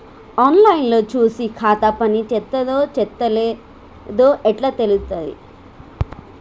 On line లో చూసి ఖాతా పనిచేత్తందో చేత్తలేదో ఎట్లా తెలుత్తది?